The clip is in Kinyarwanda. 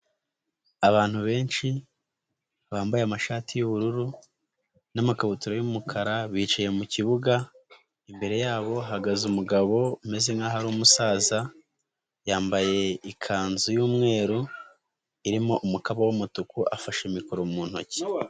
Abantu benshi bambaye amashati y'ubururu n'amakabutura y'umukara bicaye mu kibuga, imbere yabo hagaze umugabo umezeze nkaho ari umusaza, yambaye ikanzu y'umweru ,irimo umukaba w'umutuku afashe mikoro mu ntoki.